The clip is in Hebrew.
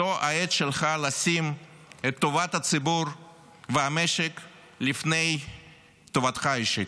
זו העת שלך לשים את טובת הציבור והמשק לפני טובתך האישית.